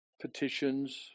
petitions